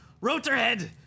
Rotorhead